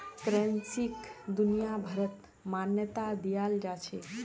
करेंसीक दुनियाभरत मान्यता दियाल जाछेक